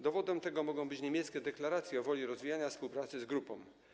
Dowodem tego mogą być niemieckie deklaracje o woli rozwijania współpracy z grupą.